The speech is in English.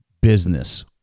business